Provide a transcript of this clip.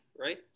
right